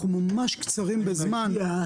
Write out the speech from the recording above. אנחנו ממש קצרים בזמן.